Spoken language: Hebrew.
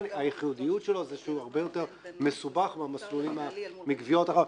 הייחודיות שלו היא שהוא הרבה יותר מסובך מגביות אחרות.